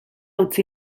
utzi